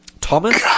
Thomas